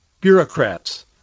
bureaucrats